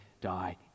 die